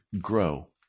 grow